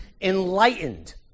enlightened